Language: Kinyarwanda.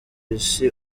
isi